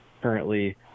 currently